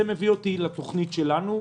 זה מביא אותנו לתכנית שלנו.